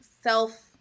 self